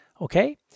Okay